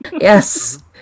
Yes